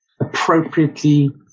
appropriately